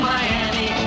Miami